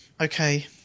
Okay